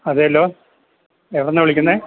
അതേല്ലോ എവിടുന്നാ വിളിക്കുന്നേ